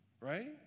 right